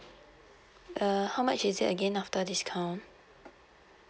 err how much is it again after discount